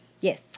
Yes